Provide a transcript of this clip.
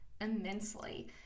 immensely